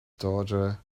daughter